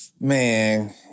Man